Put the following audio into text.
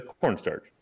cornstarch